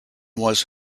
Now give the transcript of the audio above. was